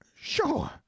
sure